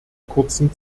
kurzen